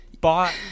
bought